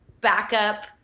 backup